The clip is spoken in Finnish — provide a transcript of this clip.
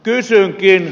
kysynkin